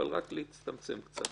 אבל רק להצטמצם קצת.